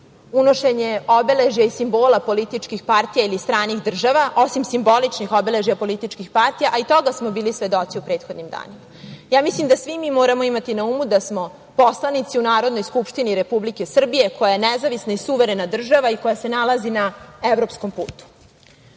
unošenje obeležja i simbola političkih partija ili stranih država, osim simboličnih obeležja političkih partija, a toga smo bili svedoci u prethodnim danima. Mislim da svi mi moramo imati na umu da smo poslanici u Narodnoj skupštini Republike Srbije, koja je nezavisna i suverena država i koja se nalazi na evropskom